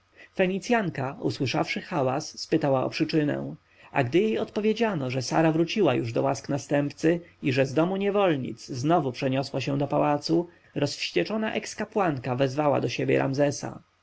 fenicjanka usłyszawszy hałas spytała o przyczynę a gdy jej odpowiedziano że sara wróciła już do łask następcy i że z domu niewolnic znowu przeniosła się do pałacu rozwścieczona eks-kapłanka wezwała do siebie ramzesa